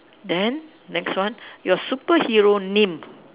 then next one your superhero name